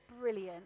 brilliant